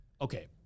Okay